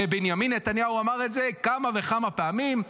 הרי בנימין נתניהו אמר את זה כמה וכמה פעמים,